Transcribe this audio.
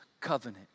covenant